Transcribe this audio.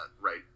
right